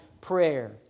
prayer